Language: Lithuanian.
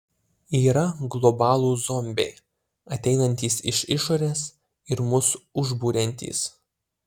yra globalūs zombiai ateinantys iš išorės ir mus užburiantys